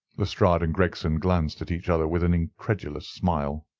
lestrade and gregson glanced at each other with an incredulous smile.